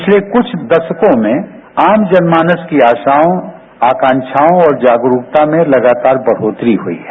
पिछले कुछ दशकों में आम जनमानस की आशाओं आकांक्वाओं और जागरूकता में लगातार बढोत्तरी हइ है